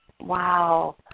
Wow